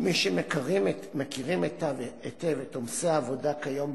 "כמי שמכירים היטב את עומסי העבודה כיום במערכת,